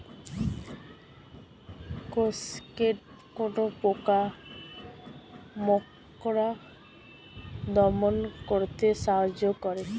Cascade কোন পোকা মাকড় দমন করতে সাহায্য করে?